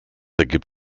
ergibt